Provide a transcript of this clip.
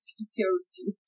security